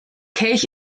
kelch